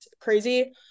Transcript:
crazy